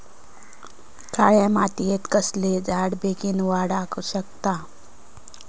काळ्या मातयेत कसले झाडा बेगीन वाडाक शकतत?